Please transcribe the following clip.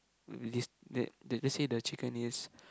with this that that let's say the chicken is